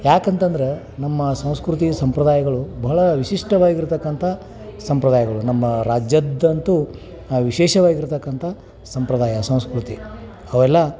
ಏಕಂತಂದ್ರೆ ನಮ್ಮ ಸಂಸ್ಕೃತಿ ಸಂಪ್ರದಾಯಗಳು ಬಹಳ ವಿಶಿಷ್ಟವಾಗಿರತಕ್ಕಂಥ ಸಂಪ್ರದಾಯಗಳು ನಮ್ಮ ರಾಜ್ಯದ್ದಂತೂ ವಿಶೇಷವಾಗಿರತಕ್ಕಂಥ ಸಂಪ್ರದಾಯ ಸಂಸ್ಕೃತಿ ಅವೆಲ್ಲ